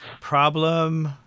Problem